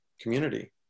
community